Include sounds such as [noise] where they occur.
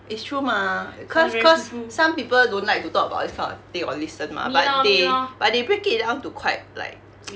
it's true mah cause cause some people don't like to talk about this kind of tape or listen mah but they but they break it down to quite like [noise]